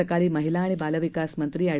सकाळी महिला आणि बाल विकास मंत्री अँड